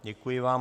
Děkuji vám.